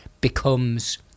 becomes